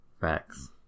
Facts